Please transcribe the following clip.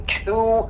two